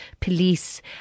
police